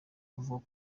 avuga